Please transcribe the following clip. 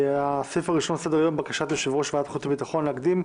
1. בקשת יושב ראש ועדת החוץ והביטחון להקדמת